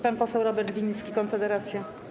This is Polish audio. Pan poseł Robert Winnicki, Konfederacja.